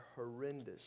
horrendous